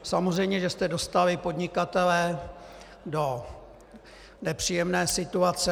Samozřejmě že jste dostali podnikatele do nepříjemné situace.